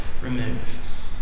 remove